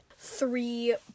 Three